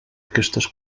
aquestes